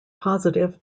positive